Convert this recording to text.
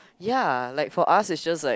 ya like for us it's just like